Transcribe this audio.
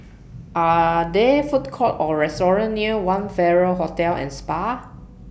Are There Food Courts Or restaurants near one Farrer Hotel and Spa